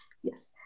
Yes